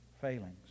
failings